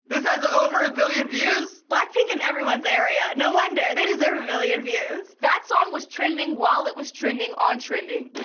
this has over a billion views? blackpink in everyone's area! no wonder, they deserve a billion views. that song was trending while it was trending on trending.